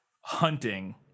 hunting